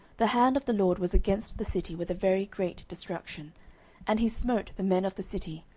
the hand of the lord was against the city with a very great destruction and he smote the men of the city,